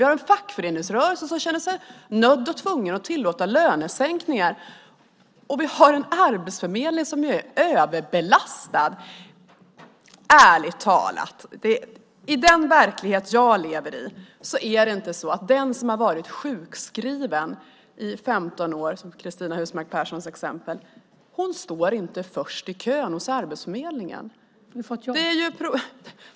Vi har en fackföreningsrörelse som känner sig nödd och tvungen att tillåta lönesänkningar, och vi har en arbetsförmedling som är överbelastad. Ärligt talat: I den verklighet som jag lever i står inte den som har varit sjukskriven i 15 år, som i Cristina Husmark Pehrssons exempel, först i kön hos Arbetsförmedlingen.